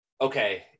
okay